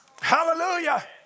Hallelujah